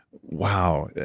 wow.